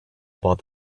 about